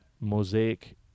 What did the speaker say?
mosaic